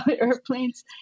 airplanes